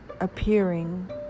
appearing